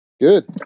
Good